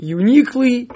uniquely